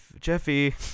Jeffy